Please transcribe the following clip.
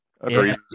Agreed